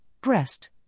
breast